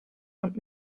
und